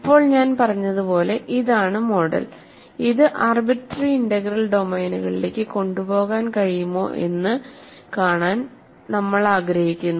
ഇപ്പോൾ ഞാൻ പറഞ്ഞതുപോലെ ഇതാണ് മോഡൽ ഇത് ആർബിട്രറി ഇന്റഗ്രൽ ഡൊമെയ്നുകളിലേക്ക് കൊണ്ടുപോകാൻ കഴിയുമോ എന്ന് കാണാൻ നമ്മൾ ആഗ്രഹിക്കുന്നു